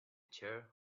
chair